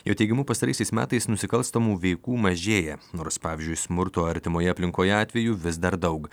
jo teigimu pastaraisiais metais nusikalstamų veikų mažėja nors pavyzdžiui smurto artimoje aplinkoje atvejų vis dar daug